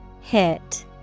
Hit